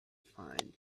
fine